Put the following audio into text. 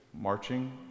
marching